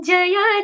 Jaya